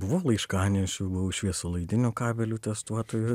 buvau laiškanešiu buvau šviesolaidinių kabelių testuotoju